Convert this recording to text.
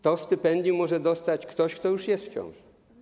To stypendium może dostać ktoś, kto już jest w ciąży.